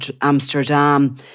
Amsterdam